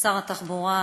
שר התחבורה,